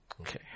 Okay